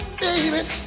baby